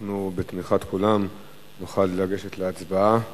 בתמיכת כולם נוכל לגשת להצבעה